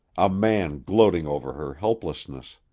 a man gloating over her helplessness.